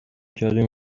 کردیم